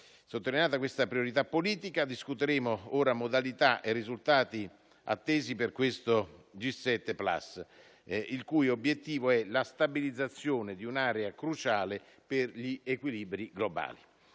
Sottolineata questa priorità politica, discuteremo ora modalità e risultati attesi per questo G7 *plus*, il cui obiettivo è la stabilizzazione di un'area cruciale per gli equilibri globali.